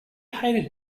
hated